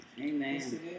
Amen